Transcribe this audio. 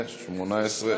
הוועדה,